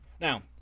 Now